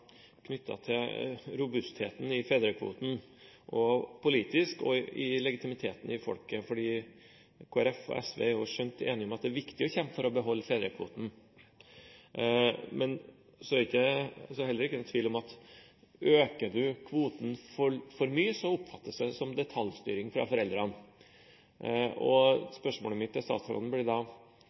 til robustheten i fedrekvoten politisk sett, og til legitimiteten i folket. Kristelig Folkeparti og SV er skjønt enige om at det er viktig å kjempe for å beholde fedrekvoten. Men det er heller ikke noen tvil om at hvis en øker kvoten for mye, oppfattes det som detaljstyring fra foreldrenes side, og spørsmålet mitt til statsråden blir da: